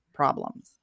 problems